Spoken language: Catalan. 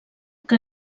que